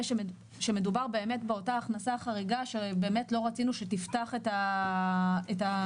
שמדובר באותה הכנסה חריגה שלא רצינו שתפתח את הסיפור.